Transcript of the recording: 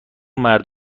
مرد